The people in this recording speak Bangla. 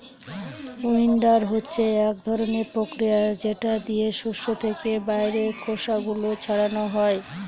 উইন্ডবার হচ্ছে এক ধরনের প্রক্রিয়া যেটা দিয়ে শস্য থেকে বাইরের খোসা গুলো ছাড়ানো হয়